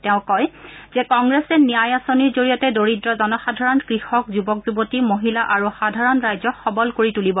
তেওঁ কয় যে কংগ্ৰেছে ন্যায় আঁচনিৰ জৰিয়তে দৰিদ্ৰ জনসাধাৰণ কৃষক যুৱক যৱতী মহিলা আৰু সাধাৰণ ৰাইজক সৱল কৰি তুলিব